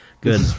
Good